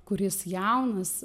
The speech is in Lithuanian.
kuris jaunas